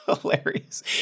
hilarious